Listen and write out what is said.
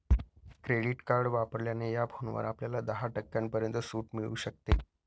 credit card वापरल्याने या फोनवर आपल्याला दहा टक्क्यांपर्यंत सूट मिळू शकते